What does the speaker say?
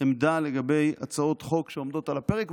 עמדה לגבי הצעות חוק שעומדות על הפרק.